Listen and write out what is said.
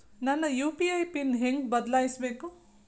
ನನ್ನ UPI pin ಹೆಂಗ್ ಬದ್ಲಾಯಿಸ್ಬೇಕು?